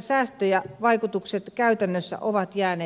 säästöjen vaikutukset käytännössä ovat jääneet epäselviksi